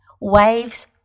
Waves